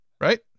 right